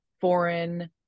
foreign